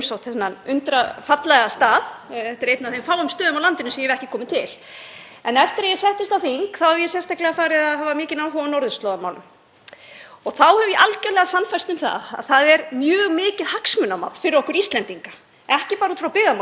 og þá hef ég algerlega sannfærst um að það er mjög mikið hagsmunamál fyrir okkur Íslendinga, ekki bara út frá byggðamálum heldur bara út frá alþjóðamálum, að það sé byggð í Grímsey. Þess vegna held ég að þetta sé mjög áhugaverð spurning. Og miðað við þær lýsingar sem komu fram hjá fyrirspyrjanda